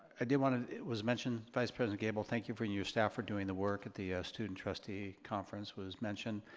i did want to, it was mentioned, vice president gabel, thank you for you and your staff for doing the work at the ah student trustee conference, was mentioned,